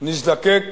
נזדקק